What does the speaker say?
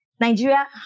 Nigeria